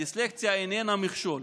הדיסלקציה איננה מכשול,